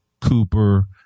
Cooper